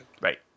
Right